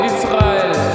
Israel